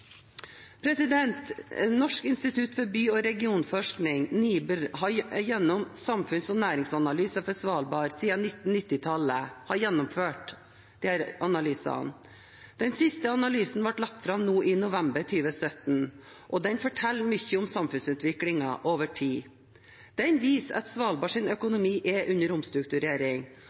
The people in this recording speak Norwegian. samfunns- og næringsanalyser for Svalbard siden 1990-tallet. Den siste analysen ble lagt fram nå, i november 2017, og den forteller mye om samfunnsutviklingen over tid. Den viser at Svalbards økonomi er under omstrukturering,